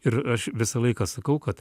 ir aš visą laiką sakau kad